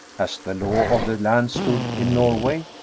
as the law of the land stood in norway,